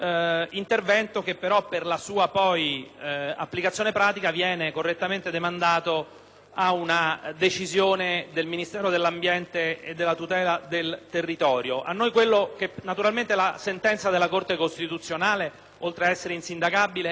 ad una decisione del Ministero dell'ambiente e della tutela del territorio. Naturalmente la sentenza della Corte costituzionale, oltre a essere insindacabile, è anche condivisibile nel merito. È ovvio che tutti siamo d'accordo che chi ha pagato in modo improprio